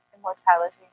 immortality